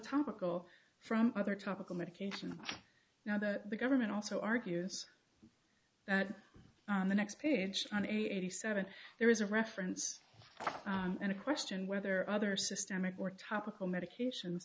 topical from other topical medications now that the government also argues on the next page on eighty seven there is a reference and a question whether other systemic or topical medications